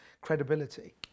credibility